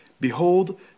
Behold